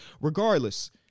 Regardless